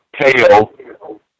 tail